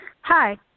Hi